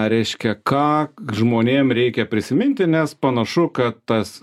reiškia ką žmonėm reikia prisiminti nes panašu kad tas